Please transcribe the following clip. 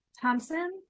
Thompson